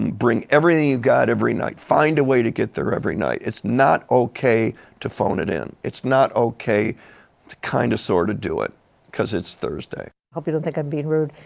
and bring everything you've got every night. find a way to get there every night. it is not okay to phone it in. it is not okay to kind of, sort of do it because it is thursday. hope you don't think i'm being rude.